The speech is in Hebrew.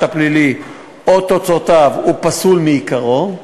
הפלילי או תוצאותיו הוא פסול מעיקרו,